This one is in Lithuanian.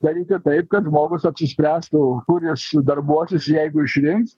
daryti taip kad žmogus apsispręstų kur jis darbuosis jeigu išrinks